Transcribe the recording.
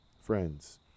Friends